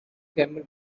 camel